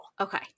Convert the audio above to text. Okay